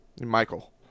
Michael